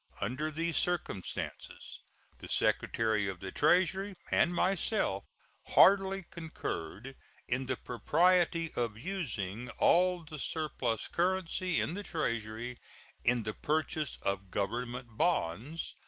under these circumstances the secretary of the treasury and myself heartily concurred in the propriety of using all the surplus currency in the treasury in the purchase of government bonds,